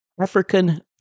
African